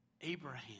Abraham